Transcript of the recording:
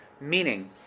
Meaning